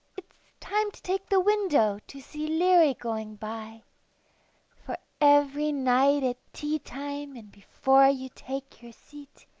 it's time to take the window to see leerie going by for every night at teatime and before you take your seat,